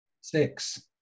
Six